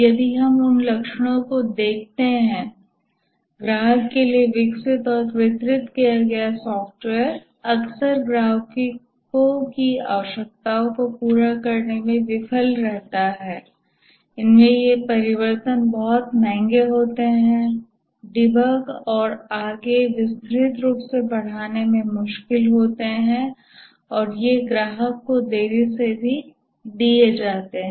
यदि हम उन संकट के लक्षणों को देखते हैं ग्राहक के लिए विकसित और वितरित किया गया सॉफ़्टवेयर अक्सर ग्राहकों की आवश्यकताओं को पूरा करने में विफल रहता है इनमे ये परिवर्तन बहुत महंगा होते है डिबग और आगे विस्तृत रूप से बढ़ाने में मुश्किल होते हैं और ये ग्राहक को देरी से भी दिए जाते हैं